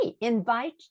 invite